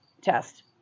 test